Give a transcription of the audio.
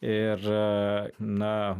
ir na